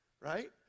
Right